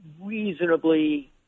reasonably